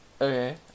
Okay